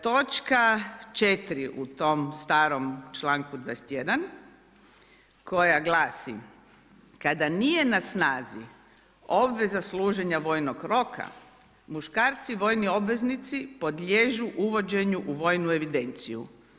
Točka 4. u tom starom čl. 21. koja glasi, kada nije na snazi obveza služenja vojnog roka, muškarci, vojni obveznici podliježu uvođenju u vojnu evidenciju.